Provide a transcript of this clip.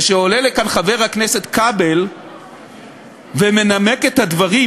ושעולה לכאן חבר הכנסת כבל ומנמק את הדברים